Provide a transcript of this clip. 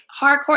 hardcore